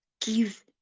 give